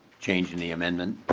change in the amendments?